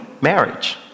marriage